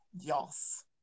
Yes